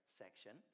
section